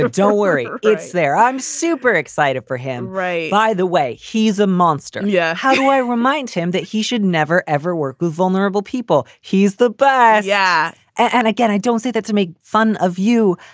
don't worry, it's there. i'm super excited for him. ray, by the way, he's a monster. yeah. how do i remind him that he should never, ever work with vulnerable people? he's the butt. yeah. and again, i don't say that to make fun of you.